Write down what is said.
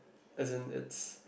as in is